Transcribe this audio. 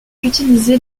utilisés